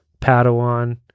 Padawan